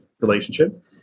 relationship